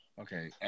Okay